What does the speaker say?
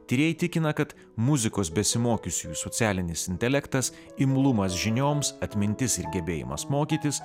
tyrėjai tikina kad muzikos besimokiusiųjų socialinis intelektas imlumas žinioms atmintis ir gebėjimas mokytis